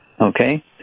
okay